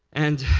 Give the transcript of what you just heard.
and